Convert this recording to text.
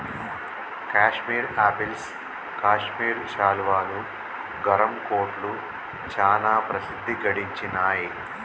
Kashmir apples Kashmir శాలువాలు, గరం కోట్లు చానా ప్రసిద్ధి గడించినాయ్